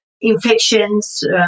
infections